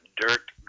dirt